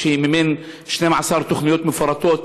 שמימן 12 תוכניות מפורטות,